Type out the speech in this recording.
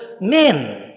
men